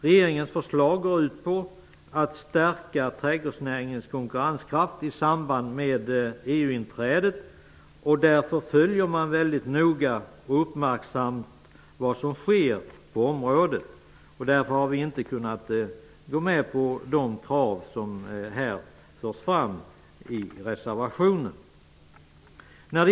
Regeringens förslag går ut på att stärka trädgårdsnäringens konkurrenskraft i samband med EU-inträdet. Därför följer man väldigt noga och uppmärksamt vad som sker på området. Mot den bakgrunden har vi inte kunnat ställa oss bakom de krav som förs fram i reservationen.